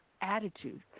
attitude